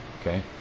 okay